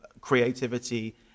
creativity